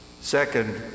Second